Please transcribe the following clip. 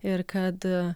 ir kad